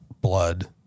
blood